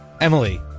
Emily